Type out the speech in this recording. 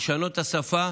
לשנות את השפה.